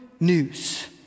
news